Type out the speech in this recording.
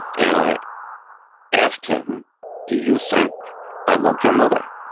and i asked him, do you think i loved your mother?